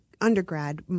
undergrad